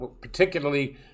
particularly